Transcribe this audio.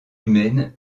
humaines